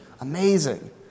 Amazing